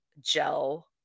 gel